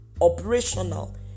operational